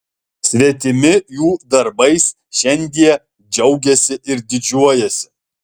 svetimi jų darbais šiandie džiaugiasi ir didžiuojasi